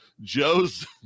Joe's